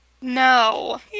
No